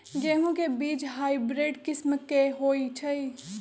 गेंहू के बीज हाइब्रिड किस्म के होई छई?